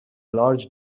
large